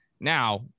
Now